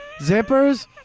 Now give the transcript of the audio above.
zippers